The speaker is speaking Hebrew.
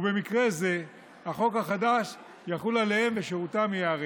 ובמקרה זה החוק החדש יוחל עליהם ושירותם יוארך.